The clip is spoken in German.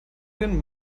den